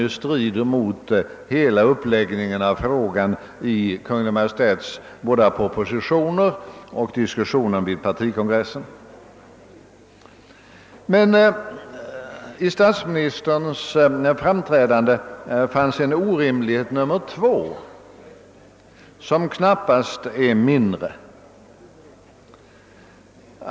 Det strider ju mot hela uppläggningen av frågan i Kungl. Maj:ts båda propositioner och mot vad som sades under diskussionen vid partikongressen. — Men i statsministerns framträdande förekom även en andra orimlighet som knappast är mindre.